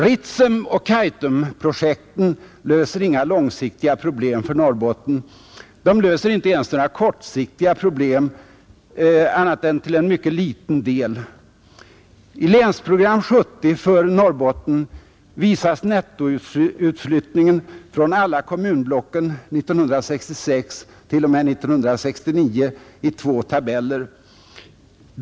Ritsemoch Kaitumprojekten löser inga långsiktiga problem för Norrbotten. De löser inte ens några kortsiktiga problem annat än till en mycket liten del. I Länsprogram 70 för Norrbotten visas nettoutflyttningen från alla kommunblocken från 1966 t.o.m. 1969 i två tabeller.